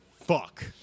fuck